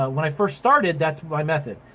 ah when i first started that's my method.